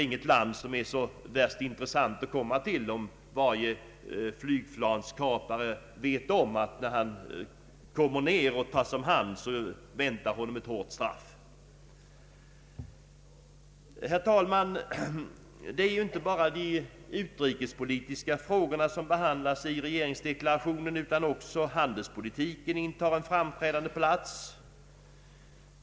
Inget land är väl intressant att komma till om varje flygplanskapare vet att han, när han kommer ned, tas om hand och att ett hårt straff väntar honom. Herr talman! Det är inte endast de utrikespolitiska frågorna som behandlas i regeringsdeklarationen. Även handelspolitiken intar en framträdande plats.